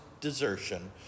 desertion